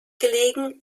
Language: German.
gelegen